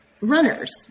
runners